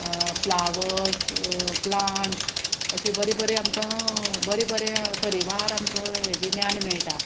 flower plants अशी बरी बरी आमकां बरें बरें तरेवार आमकां हेजे ज्ञान मेयटा